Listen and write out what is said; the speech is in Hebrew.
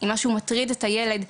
אם משהו מטריד את הילד,